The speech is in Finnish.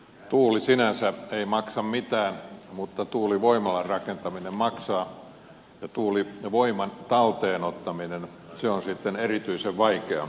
tuuli sinänsä ei maksa mitään mutta tuulivoimalan rakentaminen maksaa ja tuulivoiman talteen ottaminen se on sitten erityisen vaikeaa